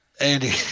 Andy